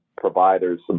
Providers